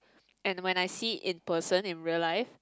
and when I see it in person in real life